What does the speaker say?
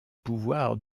pouvoirs